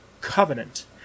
Covenant